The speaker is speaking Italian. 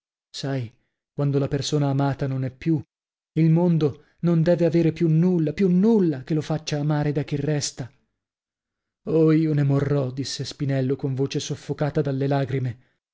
sai quando la persona amata non è più il mondo non deve avere più nulla più nulla che lo faccia amare da chi resta oh io ne morrò disse spinello con voce soffocata dalle lagrime